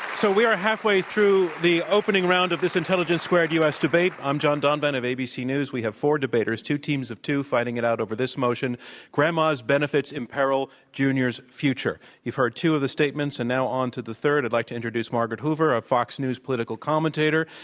so we are halfway through the opening round of this intelligence scared u. s. debate. i'm john donvan of abc news. we have four debaters, two teams of two fighting it out over this motion grandma's benefits imperil junior's future. you've heard two of the statements, and now onto the third. i'd like to introduce margaret hoover, a fox news political commentator.